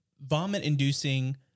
vomit-inducing